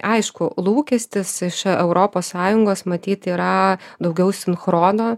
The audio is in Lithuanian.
aišku lūkestis iš europos sąjungos matyt yra daugiau sinchrono